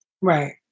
right